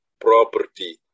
property